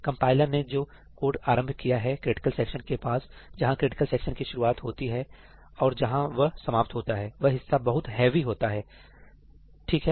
compiler ने जो code आरंभ किया है क्रिटिकल सेक्शन के पास जहां क्रिटिकल सेक्शन की शुरुआत होती है और जहां वह समाप्त होता है वह हिस्सा बहुत हैवी होता है ठीक है